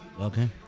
Okay